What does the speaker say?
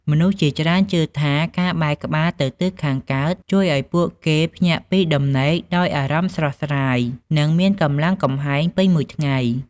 មនុស្សជាច្រើនជឿថា ការបែរក្បាលទៅទិសខាងកើតជួយឱ្យពួកគេភ្ញាក់ពីដំណេកដោយអារម្មណ៍ស្រស់ស្រាយ និងមានកម្លាំងកំហែងពេញមួយថ្ងៃ។